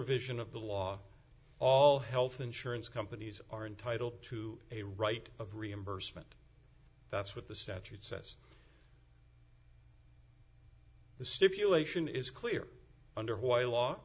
provision of the law all health insurance companies are entitled to a right of reimbursement that's what the statute says the stipulation is clear under why law